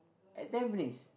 at Tampines